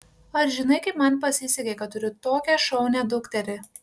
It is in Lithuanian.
ar žinai kaip man pasisekė kad turiu tokią šaunią dukterį